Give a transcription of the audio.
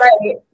Right